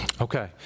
Okay